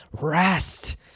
rest